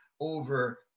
over